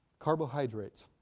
carbohydrates,